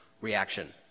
reaction